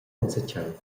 enzatgei